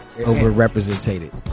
overrepresented